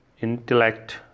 intellect